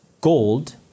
gold